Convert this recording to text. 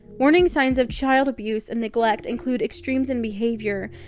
warning signs of child abuse and neglect include extremes in behavior,